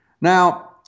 now